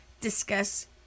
discuss